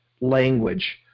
language